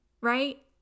Right